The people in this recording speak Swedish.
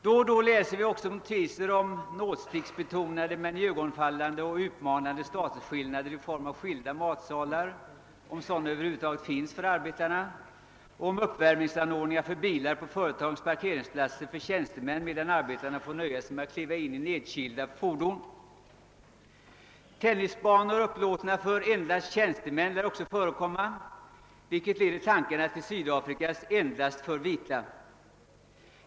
Då och då läser vi även notiser om nålsticksbetonade men iögonenfallande och utmanande statusskillnader i form av skilda matsalar — om sådana över huvud taget finns för arbetarna — om uppvärmningsanordningar för bilar på företagens parkeringsplatser för tjänstemän, medan arbetarna får nöja sig med att kliva in i nedkylda fordon. Tennisbanor, upplåtna för »endast tjänstemän», lär också förekomma, vilket leder tankarna till Sydafrikas >endast för vita».